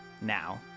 Now